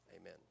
Amen